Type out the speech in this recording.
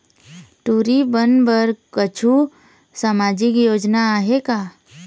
टूरी बन बर कछु सामाजिक योजना आहे का?